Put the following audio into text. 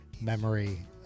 memory